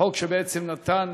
חוק שבעצם נתן